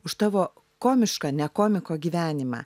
už tavo komišką ne komiko gyvenimą